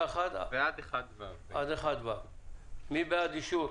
"חברים יקרים, אתם רוצים להעביר את האישור?